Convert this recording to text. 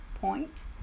Point